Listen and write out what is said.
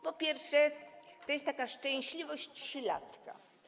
Po pierwsze, to jest taka szczęśliwość trzylatka.